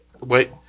wait